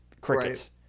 crickets